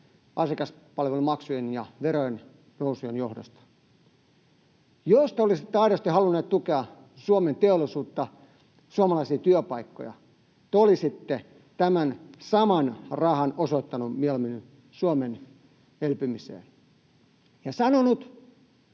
asiakaspalvelumaksujen ja verojen nousujen johdosta. Jos te olisitte aidosti halunneet tukea Suomen teollisuutta, suomalaisia työpaikkoja, te olisitte tämän saman rahan osoittaneet mieluummin Suomen elpymiseen ja sanoneet